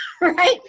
Right